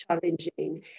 challenging